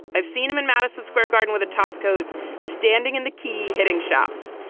i've seen him in madison square garden with a top coat standing in the key hitting shots.